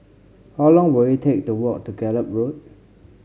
how long will it take to walk to Gallop Road